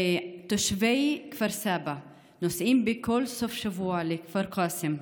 כשתושבי כפר סבא נוסעים בכל סוף שבוע לכפר קאסם,